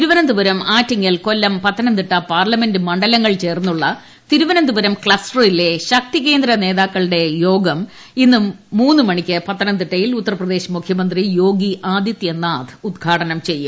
Thiruvananthapuram Attingal Kollam Pathanamthitta parliament മണ്ഡലങ്ങൾ ചേർന്നുള്ള തിരുവനന്തപുരം ക്ലസ്റ്ററിലെ ശക്തി കേന്ദ്ര നേതാക്കളുടെ യോഗം ഇന്ന് ദ മണിക്ക് പത്തനംതിട്ടയിൽ ഉത്തർപ്രദേശ് മുഖ്യമന്ത്രി യോഗി ആദിത്യനാഥ് ഉൽഘാടനം ചെയ്യും